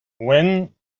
when